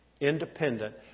independent